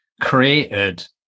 created